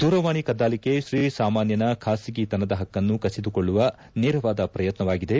ದೂರವಾಣಿ ಕದ್ದಾಲಿಕೆ ಶ್ರೀ ಸಾಮಾನ್ಥನ ಖಾಸಗಿತನದ ಹಕ್ಕನ್ನು ಕಸಿದುಕೊಳ್ಳುವ ನೇರವಾದ ಪ್ರಯತ್ನವಾಗಿದೆ